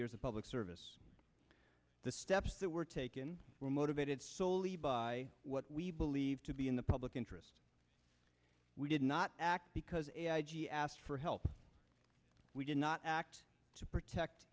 years of public service the steps that were taken were motivated soley by what we believe to be in the public interest we did not act because he asked for help we did not act to protect